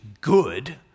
good